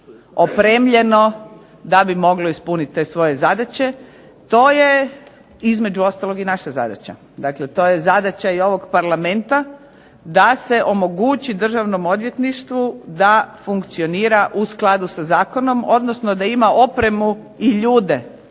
opremljeno da bi moglo ispuniti te svoje zadaće. To je između ostalog i naša zadaća. Dakle, to je zadaća i ovog Parlamenta da se omogući Državnom odvjetništvu da funkcionira u skladu sa zakonom, odnosno da ima opremu i ljude